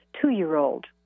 two-year-old